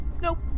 Nope